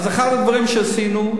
אז אחד הדברים שעשינו,